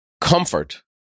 comfort